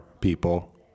people